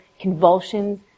convulsions